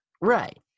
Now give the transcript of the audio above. Right